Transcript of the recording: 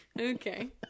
Okay